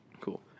Cool